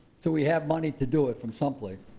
so we have money to do it from some place?